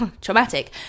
traumatic